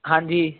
ਹਾਂਜੀ